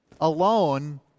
alone